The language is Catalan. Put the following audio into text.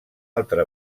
altra